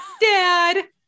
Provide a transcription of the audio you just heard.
Dad